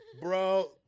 Bro